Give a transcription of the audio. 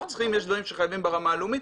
יש דברים שחייבים ברמה הלאומית,